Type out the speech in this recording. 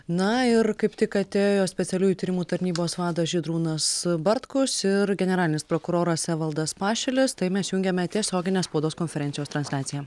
na ir kaip tik atėjo jo specialiųjų tyrimų tarnybos vadas žydrūnas bartkus ir generalinis prokuroras evaldas pašilis tai mes jungiame tiesioginę spaudos konferencijos transliaciją